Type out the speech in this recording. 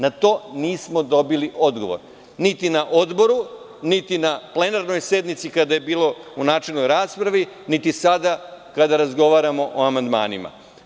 Na to nismo dobili odgovor svi ti na odboru ni na plenarnoj sednici kada je bilo u načelnoj raspravi, niti sada kada razgovaramo o amandmanima.